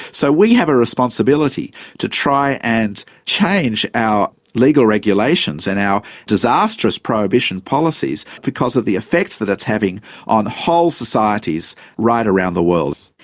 so we have a responsibility to try and change our legal regulations and our disastrous prohibition policies, because of the effects that it's having on whole societies right around the world.